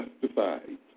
justified